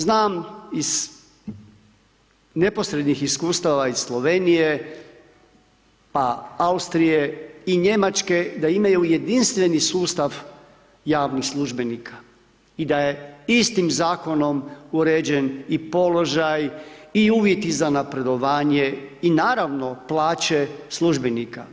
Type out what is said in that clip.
Znam iz neposrednih iskustava iz Slovenije, Austrije i Njemačke da imaju jedinstveni sustav javnih službenika i da je istim zakonom i uređen položaj i uvjeti za napredovanje i naravno plaće službenika.